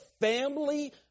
family